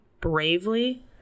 bravely